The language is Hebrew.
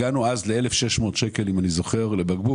הגענו אז ל-1,600 שקלים לבקבוק, אם אני זוכר נכון,